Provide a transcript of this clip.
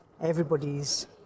Everybody's